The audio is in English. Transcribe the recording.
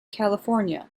california